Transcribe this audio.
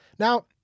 Now